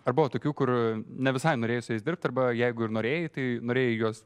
ar buvo tokių kur ne visai norėjai su dirbt arba jeigu ir norėjai tai norėjai juos